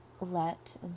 let